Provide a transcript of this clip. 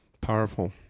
Powerful